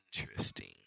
interesting